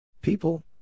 People